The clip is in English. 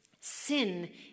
Sin